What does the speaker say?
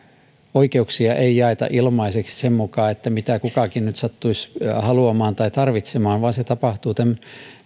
oikeuksia ei jaeta ilmaiseksi sen mukaan mitä kukakin nyt sattuisi haluamaan tai tarvitsemaan vaan se tapahtuu tämän